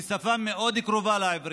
היא שפה מאוד קרובה לעברית.